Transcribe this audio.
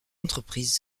entreprise